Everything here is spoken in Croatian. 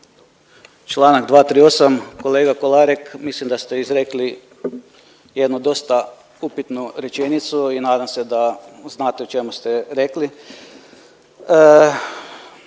Čl. 238, kolega Kolarek, mislim da ste izrekli jedno dosta upitnu rečenicu i nadam se da znate o čemu ste rekli.